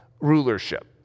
rulership